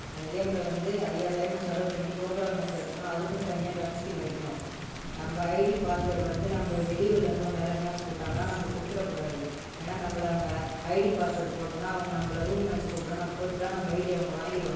அந்த கேமில் வந்து ஐயாயிரம் டைமண்ட் செலவு பண்ணி கோப்ரா மேக்ஸ் எடுத்தோன்னா அதுக்கும் தனியாக கன்ஸ்கின் வைக்கணும் நம்ம ஐடி பாஸ்வேர்டு வந்து நம்ம வெளி ஊரில் இருந்து யாரா மேட்ச் போட்டாங்கன்னா நம்ம கொடுத்துட கூடாது ஏன்னால் நம்பள அவங்க ஐடி பாஸ்வேர்ட் போட்டோனால் நம்ம ரூம் மேட்ச் கூப்பிடறாங்க நம்ம தோற்றுட்டா நம்ம ஐடியை அவங்க வாங்கிடுவாங்க